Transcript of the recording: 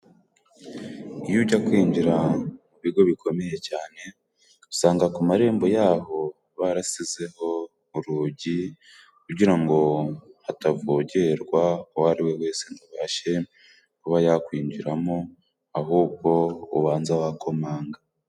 Iyo ujya kwinjira mu bigo bikomeye cyane usanga ku marembo yaho barasizeho urugi kugira ngo hatavogerwa uwo ari we wese ngo abashe kuba yakwinjiramo ahubwo ubanza wakomanga.